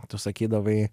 tu sakydavai